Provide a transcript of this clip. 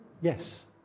Yes